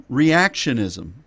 reactionism